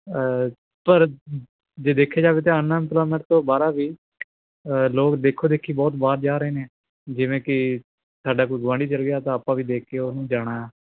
ਪਰ ਜੇ ਦੇਖਿਆ ਜਾਵੇ ਤਾਂ ਅਨਇੰਪਲੋਏਮੈਂਟ ਤੋਂ ਬਾਹਰਾਂ ਵੀ ਲੋਕ ਦੇਖੋ ਦੇਖੀ ਬਹੁਤ ਬਾਹਰ ਜਾ ਰਹੇ ਨੇ ਜਿਵੇਂ ਕਿ ਸਾਡਾ ਕੋਈ ਗੁਆਂਢੀ ਚਲ ਗਿਆ ਤਾਂ ਆਪਾਂ ਵੀ ਦੇਖ ਕੇ ਉਹਨੂੰ ਜਾਣਾ